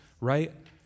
right